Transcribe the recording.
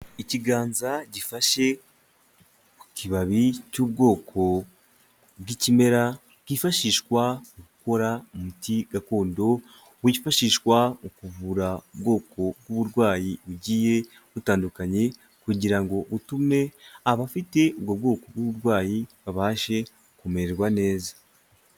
Ikiganza gifashe ku kibabi cy'ubwoko bw'ikimera hifashishwa mu gukora umuti gakondo wifashishwa mu kuvura bwoko bw'uburwayi bugiye butandukanye, kugira ngo utume abafite ubwo bwoko bw'uburwayi babashe kumererwa neza.